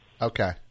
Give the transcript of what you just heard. okay